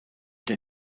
der